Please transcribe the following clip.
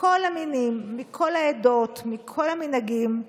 מכל המינים, מכל העדות, מכל המנהגים.